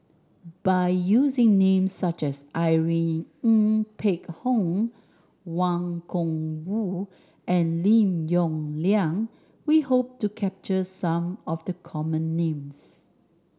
by using names such as Irene Ng Phek Hoong Wang Gungwu and Lim Yong Liang we hope to capture some of the common names